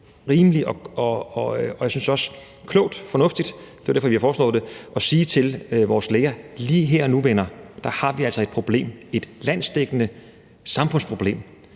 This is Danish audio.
og jeg synes også, at det er klogt og fornuftigt – det er derfor, vi har foreslået det – at sige til vores læger: Lige her og nu, venner, har vi altså et problem, et landsdækkende samfundsproblem;